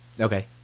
Okay